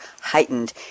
heightened